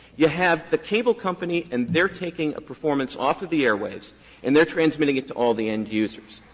you have the cable company and they're taking a performance off of the airways and they're transmitting it to all the end-users.